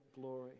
glory